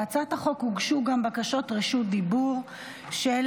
להצעת החוק הוגשו גם בקשות רשות דיבור של